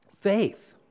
faith